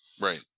right